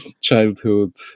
childhood